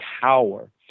power